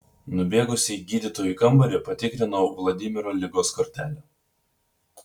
nubėgusi į gydytojų kambarį patikrinau vladimiro ligos kortelę